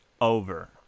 over